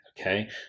okay